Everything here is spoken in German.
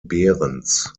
behrens